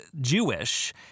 Jewish